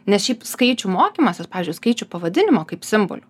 nes šiaip skaičių mokymasis pavyzdžiui skaičių pavadinimo kaip simbolių